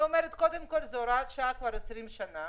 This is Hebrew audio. היא אומרת: קודם כול, זאת הוראת שעה כבר 20 שנה,